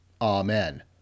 Amen